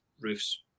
Roof's